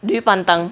do you pantang